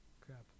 Crap